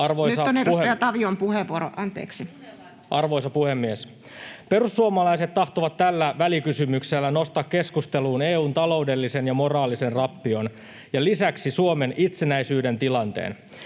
Perussuomalaiset tahtovat tällä välikysymyksellä nostaa keskusteluun EU:n taloudellisen ja moraalisen rappion ja lisäksi Suomen itsenäisyyden tilanteen.